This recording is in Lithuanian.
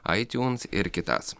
aitiuns ir kitas